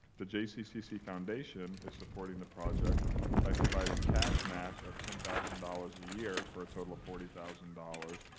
the jccc foundation is supporting the project by providing a cash match of ten thousand dollars a year, for a total of forty thousand dollars.